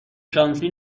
شانسی